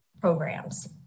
programs